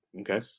Okay